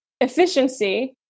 Efficiency